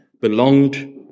belonged